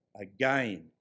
again